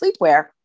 sleepwear